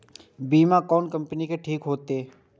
बीमा कोन कम्पनी के ठीक होते?